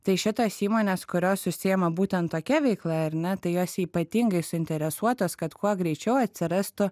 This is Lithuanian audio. tai šitos įmonės kurios užsiima būtent tokia veikla ar ne tai jos ypatingai suinteresuotos kad kuo greičiau atsirastų